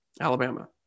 Alabama